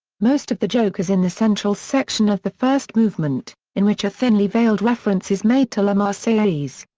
most of the joke is in the central section of the first movement, in which a thinly veiled reference is made to la marseillaise.